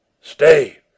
Stay